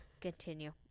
Continue